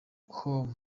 com